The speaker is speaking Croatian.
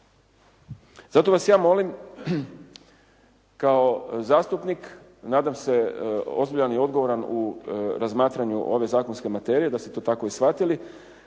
Zato vas ja molim kao zastupnik, nadam se ozbiljan i odgovoran u razmatranju ove zakonske materije, da ste to tako i shvatili